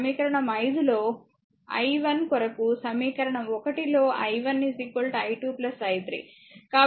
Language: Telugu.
సమీకరణం 5 లో i1 కొరకు సమీకరణం 1 లో i1 i2 i3